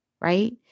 right